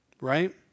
right